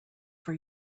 for